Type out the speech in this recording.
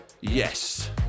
Yes